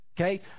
Okay